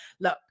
Look